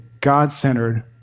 God-centered